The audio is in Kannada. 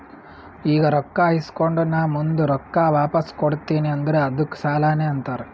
ಈಗ ರೊಕ್ಕಾ ಇಸ್ಕೊಂಡ್ ನಾ ಮುಂದ ರೊಕ್ಕಾ ವಾಪಸ್ ಕೊಡ್ತೀನಿ ಅಂದುರ್ ಅದ್ದುಕ್ ಸಾಲಾನೇ ಅಂತಾರ್